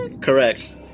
Correct